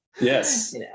Yes